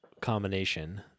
combination